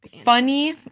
funny